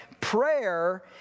Prayer